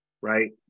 right